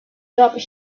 dropped